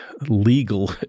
legal